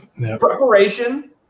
Preparation